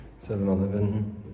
7-Eleven